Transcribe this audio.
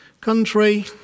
country